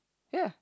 ya